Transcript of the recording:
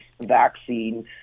vaccine